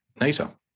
NATO